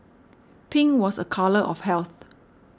pink was a colour of health